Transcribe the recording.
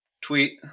tweet